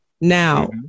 now